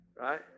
Right